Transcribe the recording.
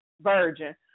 virgin